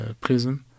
prison